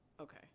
Okay